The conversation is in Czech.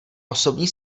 osobní